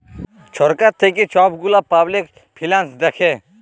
ছরকার থ্যাইকে ছব গুলা পাবলিক ফিল্যাল্স দ্যাখে